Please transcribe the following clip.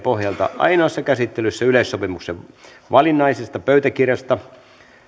pohjalta ainoassa käsittelyssä yleissopimuksen valinnaisesta pöytäkirjasta